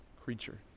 creature